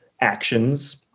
actions